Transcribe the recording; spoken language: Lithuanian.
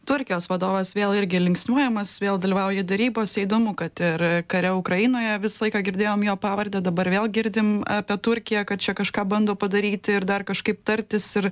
turkijos vadovas vėl irgi linksniuojamas vėl dalyvauja derybose įdomu kad ir kare ukrainoje visą laiką girdėjom jo pavardę dabar vėl girdim apie turkiją kad čia kažką bando padaryt ir dar kažkaip tartis ir